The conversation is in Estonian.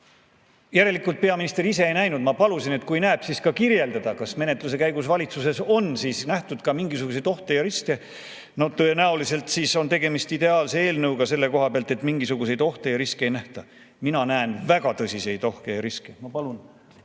Järelikult peaminister ise neid ei näinud. Ma palusin, et kui ta näeb, ka kirjeldada, kas menetluse käigus on valitsuses nähtud ka mingisuguseid ohte ja riske. Tõenäoliselt on siis tegemist ideaalse eelnõuga selle koha pealt, et mingisuguseid ohte ja riske ei nähta. Mina näen väga tõsiseid ohte ja riske. Ma palun